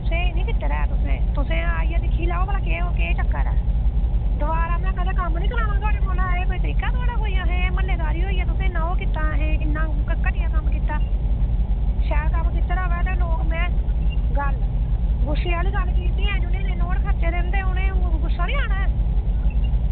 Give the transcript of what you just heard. स्हेई निं कीते दा ऐ तुसें तुसें आइयै दिक्खी लैओ भला केह् चक्कर ऐ दोबारा में कोई कम्म निं कराना थुआढ़े कोला एह् कोई तरीका ऐहें म्हल्लैदारी होइयै ओह् कीता असें इन्ना घटिया कम्म कीता शैल कम्म कीता दा होऐ ते में गल्ल गुस्से आह्ली गल्ल की निं ऐ जिनें नोट लाये दे